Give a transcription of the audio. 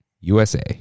USA